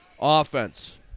offense